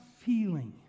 feeling